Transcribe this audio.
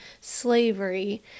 slavery